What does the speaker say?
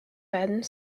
panne